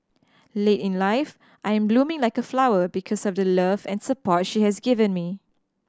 late in life I am blooming like a flower because of the love and support she has given me